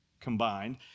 combined